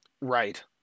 right